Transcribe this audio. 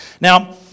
Now